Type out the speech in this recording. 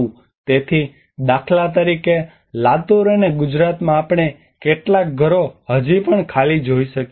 તેથી દાખલા તરીકે લાતૂર અને ગુજરાતમાં આપણે કેટલાક ઘરો હજી પણ ખાલી જોઈ શકીએ છીએ